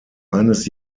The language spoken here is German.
eines